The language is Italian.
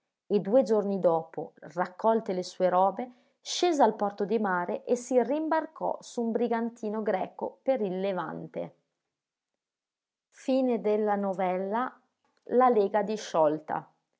e due giorni dopo raccolte le sue robe scese al porto di mare e si rimbarcò su un brigantino greco per il levante la